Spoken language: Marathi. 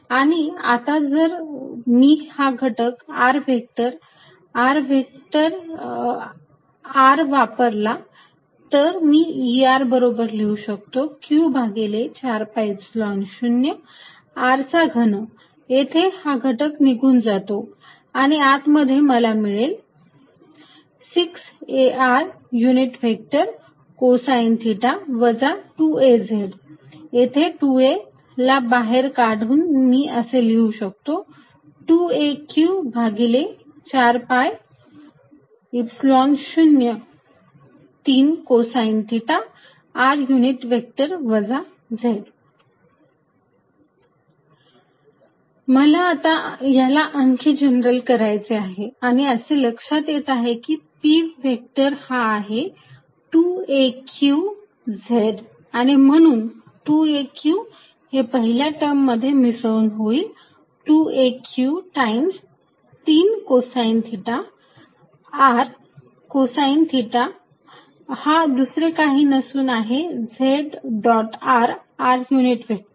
आणि जर आता मी हा घटक r vector r vector r वापरला तर मी E बरोबर लिहू शकतो q भागिले 4 pi Epsilon 0 r चा घन येथे हा घटक निघून जातो आणि आत मध्ये मला मिळेल 6 ar unit vector cosine theta वजा 2aZ येथे 2a ला बाहेर काढून मी असे लिहू शकतो 2aq भागिले 4 pi Epsilon 0 3 cosine theta r unit vector वजा Z Erq4π0r36arcosθ 2az2aq4π03cosθr z मला आता याला आणखी जनरल करायचे आहे आणि असे लक्षात येत आहे की p व्हेक्टर हा आहे 2 a q z आणि म्हणून 2 a q हे पहिल्या टर्म मध्ये मिसळून होईल 2 a q times 3 cosine theta r cosine theta हा दुसरे काही नसून आहे Z dot r r unit vector